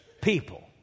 people